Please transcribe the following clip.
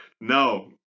No